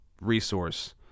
resource